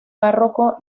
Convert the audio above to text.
párroco